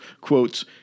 quotes